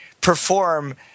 perform